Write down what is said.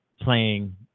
playing